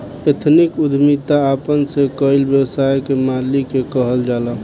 ethnic उद्यमिता अपना से कईल व्यवसाय के मालिक के कहल जाला